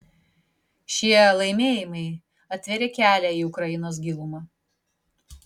šie laimėjimai atvėrė kelią į ukrainos gilumą